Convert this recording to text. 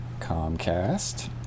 Comcast